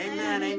Amen